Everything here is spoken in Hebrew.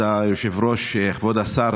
כבוד היושב-ראש, כבוד השר,